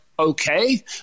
okay